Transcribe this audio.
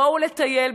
בואו לטייל,